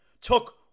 Took